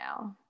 now